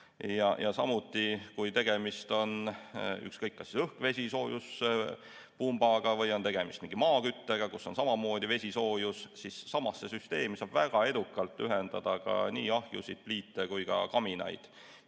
Samuti, kui tegemist on ükskõik kas õhk-vesisoojuspumbaga või on tegemist mingi maaküttega, kus on samamoodi vesisoojus, siis samasse süsteemi saab väga edukalt ühendada nii ahjusid, pliite kui ka kaminaid,